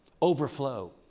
overflow